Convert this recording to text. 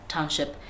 Township